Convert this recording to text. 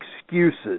excuses